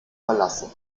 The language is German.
verlassen